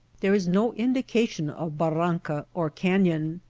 there is no indication of bar ranca or canyon.